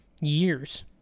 years